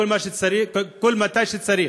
מתי שצריך: